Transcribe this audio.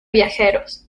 viajeros